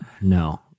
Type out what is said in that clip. No